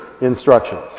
instructions